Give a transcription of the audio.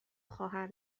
خواهر